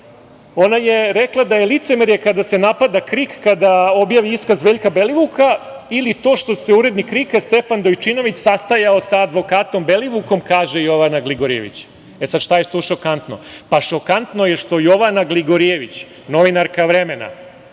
je rekla – licemerje je kada se napada KRIK, kada objavi iskav Veljka Belivuka ili to što se urednik KRIK-a Stefan Dojčinović sastajao sa advokatom Belivukom, kaže Jovana Gligorijević. Šta je tu šokantno? Šokantno je što Jovana Gligorijević, novinarka „Vremena“,